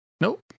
Nope